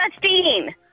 Justine